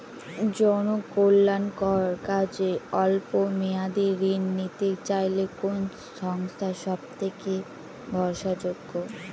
জনকল্যাণকর কাজে অল্প মেয়াদী ঋণ নিতে চাইলে কোন সংস্থা সবথেকে ভরসাযোগ্য?